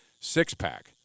six-pack